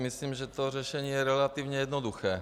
Myslím si, že to řešení je relativně jednoduché.